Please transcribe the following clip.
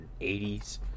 80s